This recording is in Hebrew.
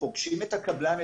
פוגשים את הקבלן,